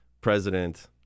president